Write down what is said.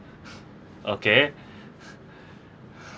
okay